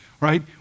right